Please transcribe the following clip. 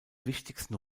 wichtigsten